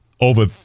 over